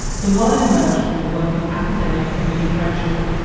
the word emerged from the work of academic kimberle crenshaw,